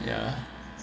yeah